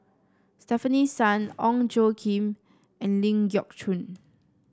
Stefanie Sun Ong Tjoe Kim and Ling Geok Choon